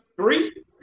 three